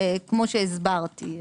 כמו שהסברתי.